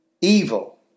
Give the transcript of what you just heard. evil